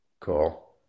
Cool